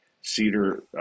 cedar